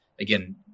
again